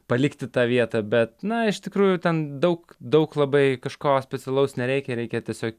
palikti tą vietą bet na iš tikrųjų ten daug daug labai kažko specialaus nereikia reikia tiesiog